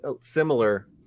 similar